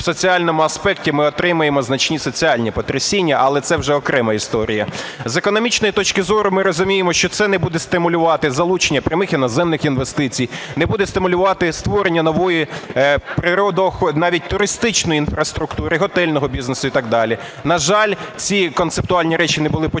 в соціальному аспекті ми отримаємо значні соціальні потрясіння, але це вже окрема історія. З економічної точки зору ми розуміємо, що це не буде стимулювати залучення прямих іноземних інвестицій, не буде стимулювати створення нової навіть туристичної інфраструктури готельного бізнесу і так далі. На жаль, ці концептуальні речі не були почуті.